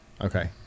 okay